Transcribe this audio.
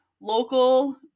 local